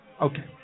Okay